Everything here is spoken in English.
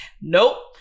Nope